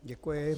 Děkuji.